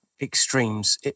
extremes